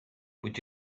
would